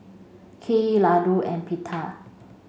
Kheer Ladoo and Pita